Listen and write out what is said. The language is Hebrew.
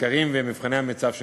הסקרים ומבחני המיצ"ב שנעשים.